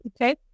Okay